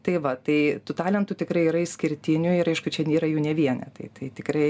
tai va tai tų talentų tikrai yra išskirtinių ir aišku čia nėra jų ne vienetai tai tikrai